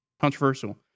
controversial